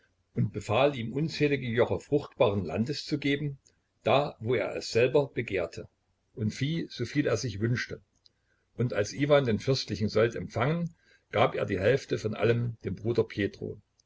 und befahl ihm unzählige joche fruchtbaren landes zu geben da wo er es selber begehrte und vieh so viel er sich wünschte und als iwan den fürstlichen sold empfangen gab er die hälfte von allem dem bruder pjetro